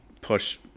push